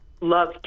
love